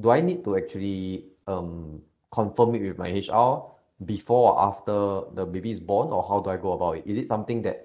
do I need to actually um confirm it with my H_R before or after the baby is born or how do I go about it is it something that